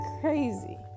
crazy